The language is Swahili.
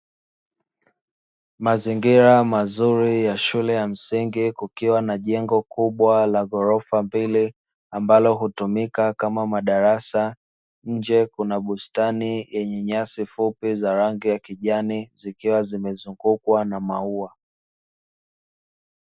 Mazingira mazuri ya shule la msingi kukiwa na jengo kubwa la ghorofa mbili ambalo hutumika kama madarasa, nje kuna bustani yenye nyasi fupi za rangi ya kijani na zikiwa zimezungukwa na maua.